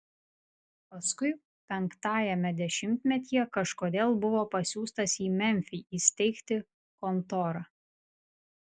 paskui penktajame dešimtmetyje kažkodėl buvo pasiųstas į memfį įsteigti kontorą